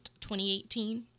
2018